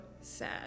sad